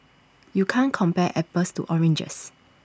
you can't compare apples to oranges